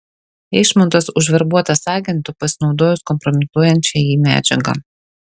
eišmontas užverbuotas agentu pasinaudojus kompromituojančia jį medžiaga